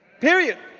period.